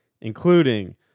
including